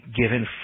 given